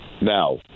Now